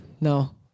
No